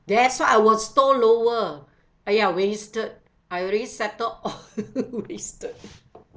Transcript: that's what I was told lower !aiya! wasted I already settled all wasted